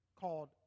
called